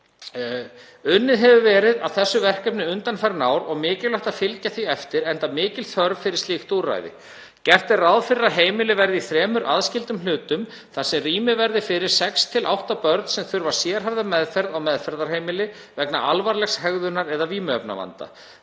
Unnið hefur verið að þessu verkefni undanfarin ár og mikilvægt að fylgja því eftir enda mikil þörf fyrir slíkt úrræði. Gert er ráð fyrir að heimilið verði í þremur aðskildum hlutum þar sem rými verði fyrir sex til átta börn sem þurfa sérhæfða meðferð á meðferðarheimili vegna alvarlegs hegðunar- og/eða vímuefnavanda.